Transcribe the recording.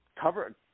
Cover